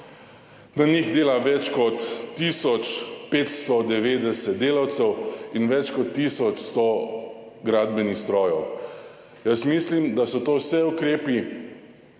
na njih dela več kot tisoč 590 delavcev in več kot tisoč 100 gradbenih strojev. Jaz mislim, da so to vse ukrepi,